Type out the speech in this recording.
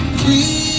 breathe